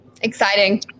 Exciting